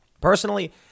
Personally